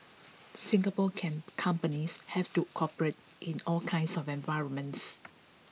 Singapore companies have to operate in all kinds of environments